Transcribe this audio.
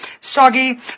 soggy